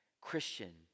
Christian